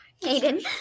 Aiden